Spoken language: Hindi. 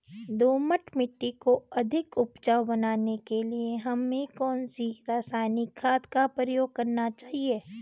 दोमट मिट्टी को अधिक उपजाऊ बनाने के लिए हमें कौन सी रासायनिक खाद का प्रयोग करना चाहिए?